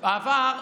בעבר,